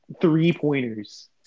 three-pointers